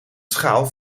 schaal